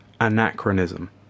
anachronism